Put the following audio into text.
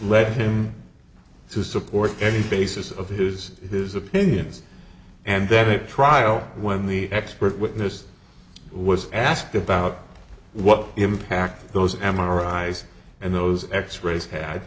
led him to support any basis of his his opinions and that a trial when the expert witness was asked about what impact those m r i s and those x rays had